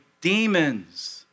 demons